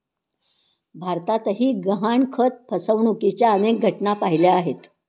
भारतातही गहाणखत फसवणुकीच्या अनेक घटना पाहिल्या आहेत